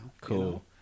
Cool